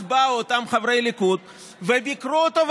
אז באו אותם חברי ליכוד וביקרו אותו,